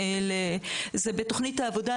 זה בתוכנית העבודה.